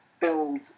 build